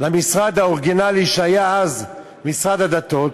למשרד האוריגינלי שהיה אז, משרד הדתות,